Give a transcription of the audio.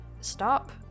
stop